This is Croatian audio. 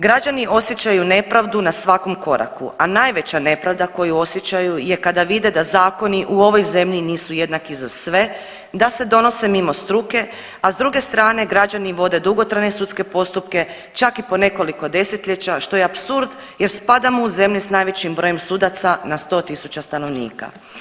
Građani osjećaju nepravdu na svakom koraku, a najveća nepravda koju osjećaju je kada vide da zakoni u ovoj zemlji nisu jednaki za sve, da se donose mimo struke, a s druge strane građani vode dugotrajne sudske postupke čak i po nekoliko desetljeća što je apsurd jer spadamo u zemlje sa najvećim brojem sudaca na sto tisuća stanovnika.